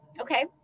okay